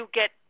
get